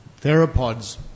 theropods